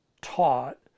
taught